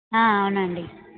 అవునండి